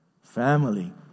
Family